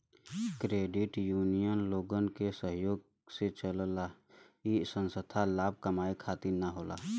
credit union लोगन के सहयोग से चलला इ संस्था लाभ कमाये खातिर न होला